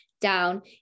down